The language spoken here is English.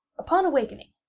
upon awaking,